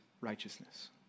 righteousness